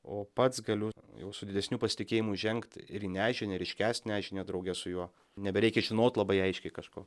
o pats galiu jau su didesniu pasitikėjimu žengt ir į nežinią ir iškęst nežinią drauge su juo nebereikia žinot labai aiškiai kažko